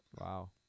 Wow